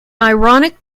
ironic